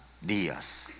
días